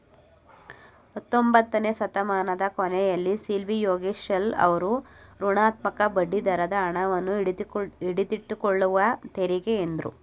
ಹತ್ತೊಂಬತ್ತನೆ ಶತಮಾನದ ಕೊನೆಯಲ್ಲಿ ಸಿಲ್ವಿಯೋಗೆಸೆಲ್ ಅವ್ರು ಋಣಾತ್ಮಕ ಬಡ್ಡಿದರದ ಹಣವನ್ನು ಹಿಡಿದಿಟ್ಟುಕೊಳ್ಳುವ ತೆರಿಗೆ ಎಂದ್ರು